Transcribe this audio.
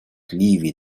ливии